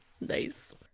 nice